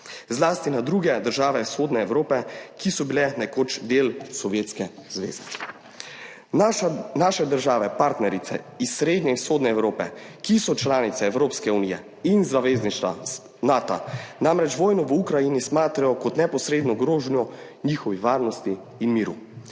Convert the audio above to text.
zlasti na druge države vzhodne Evrope, ki so bile nekoč del Sovjetske zveze. Naše države partnerice iz srednje in vzhodne Evrope, ki so članice Evropske unije in zavezništva Nata, namreč vojno v Ukrajini smatrajo kot neposredno grožnjo njihovi varnosti in miru.